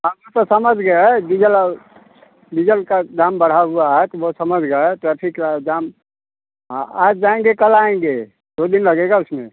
हाँ तो समझ गए डीजल और डीजल का दाम बढ़ा हुआ है तो वह समझ गए ट्रैफिक जाम हाँ आज जाएँगे कल आएँगे दो दिन लगेगा उसमें